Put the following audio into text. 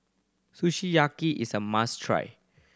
Sukiyaki is a must try